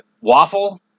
waffle